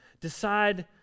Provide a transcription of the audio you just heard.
Decide